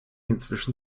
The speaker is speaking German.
inzwischen